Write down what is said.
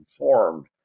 informed